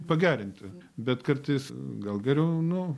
pagerinti bet kartais gal geriau nu